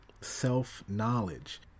self-knowledge